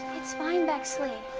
it's fine, bexley.